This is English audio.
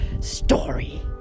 story